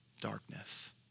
darkness